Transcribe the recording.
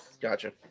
Gotcha